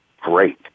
great